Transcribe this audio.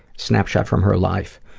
snapshot from her life.